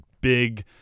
big